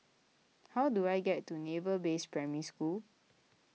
how do I get to Naval Base Primary School